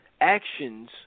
actions